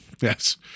Yes